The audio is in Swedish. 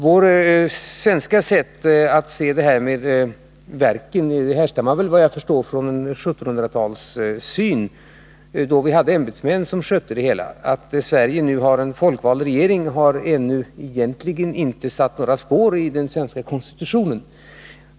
Vårt svenska sätt att se på verken härstammar såvitt jag förstår från en 1700-talssyn. Då hade vi ämbetsmän som skötte det hela. Att Sverige nu har en folkvald regering har egentligen ännu inte satt några spår i den svenska konstitutionen.